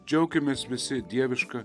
džiaukimės visi dieviška